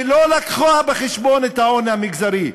שלא הביאה בחשבון את העוני המגזרי,